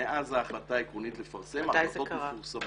מאז ההחלטה העקרונית לפרסם ההחלטות מפורסמות.